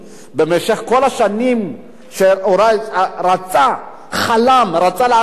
במשך כל השנים אולי הוא רצה, חלם לעשות,